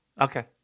Okay